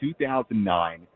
2009